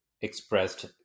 expressed